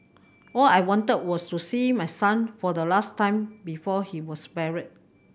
all I wanted was to see my son for the last time before he was buried